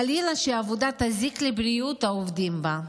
חלילה שעבודה תזיק לבריאות העובדים בה.